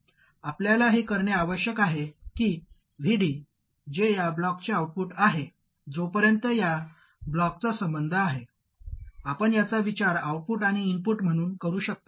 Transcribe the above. आपल्याला हे करणे आवश्यक आहे की Vd जे या ब्लॉकचे आउटपुट आहे जोपर्यंत या ब्लॉकचा संबंध आहे आपण याचा विचार आउटपुट आणि इनपुट म्हणून करू शकता